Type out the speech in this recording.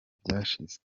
byashize